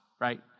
right